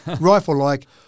rifle-like